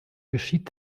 geschieht